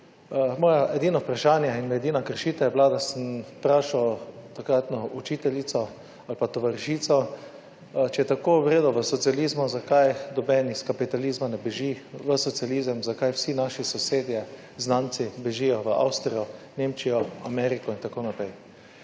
Moje edino vprašanje in edina kršitev je bila, da sem vprašal takratno učiteljico ali pa tovarišico, če je tako v redu v socializmu zakaj noben iz kapitalizma ne beži v socializem, zakaj vsi naši sosedje, znanci bežijo v Avstrijo, Nemčijo, Ameriko in tako naprej.